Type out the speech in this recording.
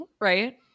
right